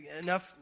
enough